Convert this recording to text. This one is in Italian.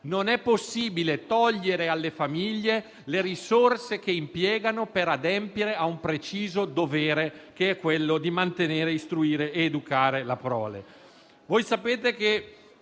Non è possibile togliere alle famiglie le risorse che impiegano per adempiere a un preciso dovere, che è quello di mantenere, istruire ed educare la prole.